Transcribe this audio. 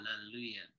Hallelujah